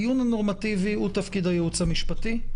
הדיון הנורמטיבי הוא תפקיד הייעוץ המשפטי.